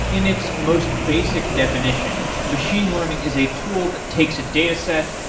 in its most basic definition, machine learning is a tool that takes a dataset,